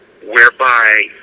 whereby